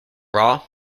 raw